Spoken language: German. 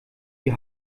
die